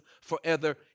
forever